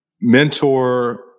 mentor